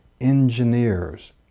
engineers